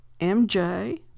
MJ